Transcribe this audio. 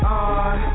on